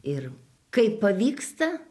ir kaip pavyksta